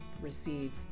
receive